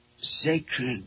sacred